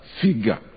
figure